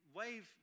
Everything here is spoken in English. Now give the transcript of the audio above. wave